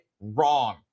Wrong